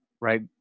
right